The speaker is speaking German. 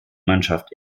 mannschaft